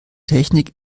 technik